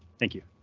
thank you.